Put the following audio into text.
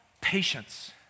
patience